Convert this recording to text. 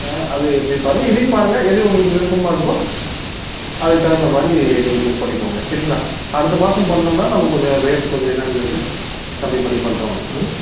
அது எப்படின்னு பாருங்கள் இதையும் பாருங்கள் எது உங்களுக்கு விருப்பமா இருக்கோ அதுக்குத் தகுந்த மாதிரி நீங்கள் புக் பண்ணிக்கோங்க சரிங்களா அடுத்த மாசம் பண்ணிணோம்னா நம்ம கொஞ்சம் ரேட் கொஞ்சம் என்னாங்கிறது கம்மி பண்ணி பண்ணுறோங்க ம்